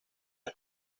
las